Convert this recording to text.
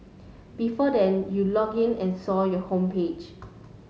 before then you log in and saw your homepage